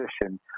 position